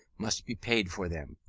must be paid for them.